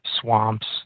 swamps